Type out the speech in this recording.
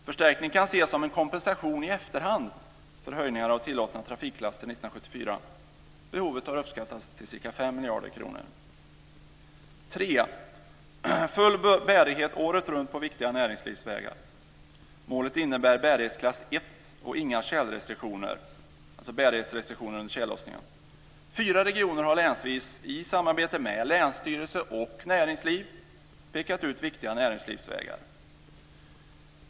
Förstärkningen kan ses som en kompensation i efterhand för höjningar av tillåtna trafiklaster 1974. Behovet har uppskattats till ca 5 miljarder kronor. För det tredje full bärighet året runt på viktiga näringslivsvägar. Målet innebär bärighetsklass 1 och inga tjälrestriktioner, alltså bärighetsrestriktioner under tjällossningen. Fyra regioner har länsvis, i samarbete med länsstyrelse och näringsliv, pekat ut viktiga näringslivsvägar.